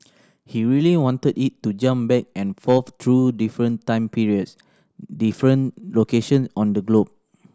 he really wanted it to jump back and forth through different time periods different location on the globe